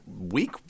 week